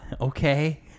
okay